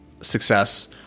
success